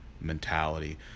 mentality